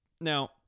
Now